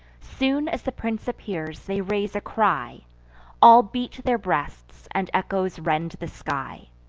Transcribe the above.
soon as the prince appears, they raise a cry all beat their breasts, and echoes rend the sky.